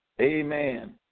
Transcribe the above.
Amen